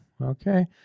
Okay